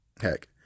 Heck